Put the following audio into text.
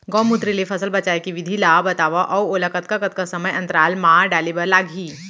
गौमूत्र ले फसल बचाए के विधि ला बतावव अऊ ओला कतका कतका समय अंतराल मा डाले बर लागही?